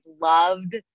loved